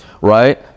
right